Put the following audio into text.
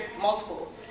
multiple